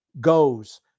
goes